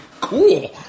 cool